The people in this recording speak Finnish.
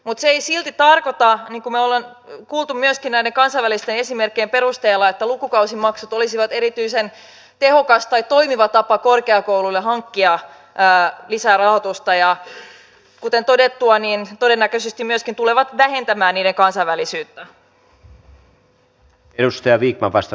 mutta se ei silti tarkoita niin kuin me olemme kuulleet myöskin näiden kansainvälisten esimerkkien perusteella että lukukausimaksut olisivat erityisen tehokas tai toimiva tapa korkeakouluille hankkia lisää rahoitusta ja kuten todettua todennäköisesti myöskin tulevat vähentämään niiden kansainvälisyyttä